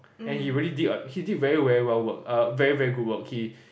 and he really did a he did very very well work uh very very good work he